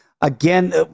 Again